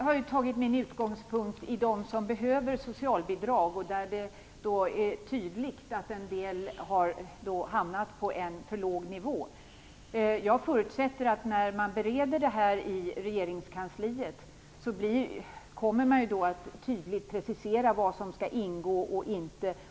Herr talman! Min utgångspunkt har varit att det är tydligt att en del människor som behöver socialbidrag hamnar på en för låg nivå. Jag förutsätter att man, när man bereder det här i regeringskansliet, kommer att tydligt precisera vad som skall ingå och inte ingå.